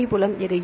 போட்டி புலம் எது